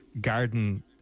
garden